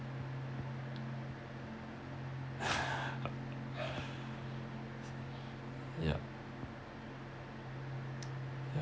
yup ya